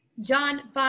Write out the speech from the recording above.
John